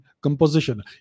composition